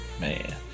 man